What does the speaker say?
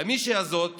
למישהי הזאת